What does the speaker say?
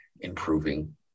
improving